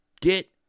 get